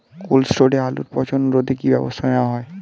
Cold স্টোরে আলুর পচন রোধে কি ব্যবস্থা নেওয়া হয়?